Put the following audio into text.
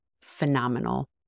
phenomenal